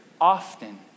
often